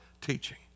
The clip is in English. teaching